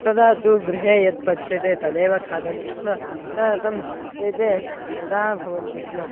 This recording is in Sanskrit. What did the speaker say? तदा तु गृहे यत् पच्यते तदेव खादन्ति स्म तदर्थम् एते दृढाः भवन्ति स्म